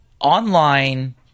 online